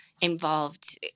involved